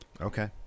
Okay